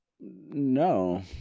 no